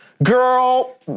Girl